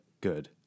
Good